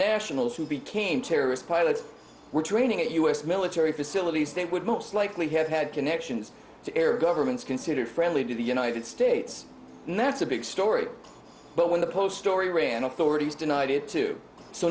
nationals who became terrorist pilots were training at u s military facilities state would most likely have had connections to arab governments considered friendly to the united states and that's a big story but when the post story ran authorities denied it too so